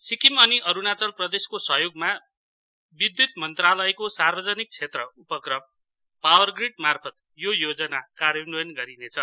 सिक्किम अनि अरुणाचल प्रदेशको सहयोगमा विद्युत मन्त्रालयको सार्वजनिक क्षेत्र उपक्रम पावरग्रिड मार्फत् यो योजना कार्यान्वयन गरिनेछ